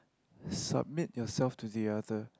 submit yourself to the other